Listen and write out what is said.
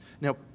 Now